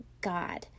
God